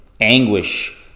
anguish